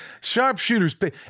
Sharpshooters